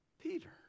Peter